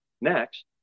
Next